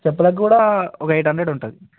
చెప్పలకి కూడా ఒక eight hundred ఉంటుంది